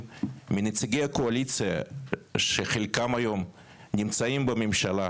מנציגי הקואליציה שחלקם היום נמצאים בממשלה,